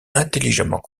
intelligemment